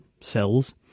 cells